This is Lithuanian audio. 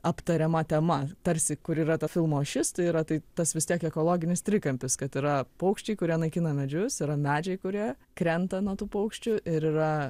aptariama tema tarsi kur yra to filmo ašis tai yra tai tas vis tiek ekologinis trikampis kad yra paukščiai kurie naikina medžius yra medžiai kurie krenta nuo tų paukščių ir yra